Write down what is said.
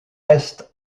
restent